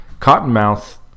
Cottonmouth